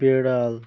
বেড়াল